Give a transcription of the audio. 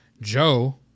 Joe